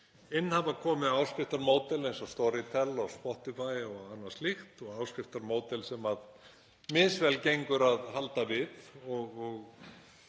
Inn hafa komið áskriftarmódel eins og Storytel og Spotify og annað slíkt og áskriftarmódel sem misvel gengur að halda við og